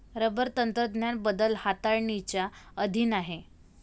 rubber तंत्रज्ञान बदल हाताळणीच्या अधीन आहे